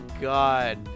God